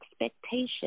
expectation